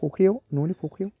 फख्रियाव न'नि फख्रियाव